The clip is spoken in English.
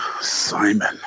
Simon